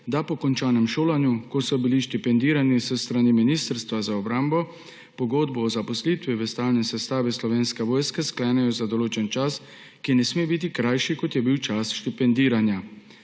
da po končanem šolanju, ko so bili štipendirani s strani Ministrstva za obrambo, pogodbo o zaposlitvi v stalni sestavi Slovenske vojske sklenejo za določen čas, ki ne sme biti krajši, kot je bil čas štipendiranja.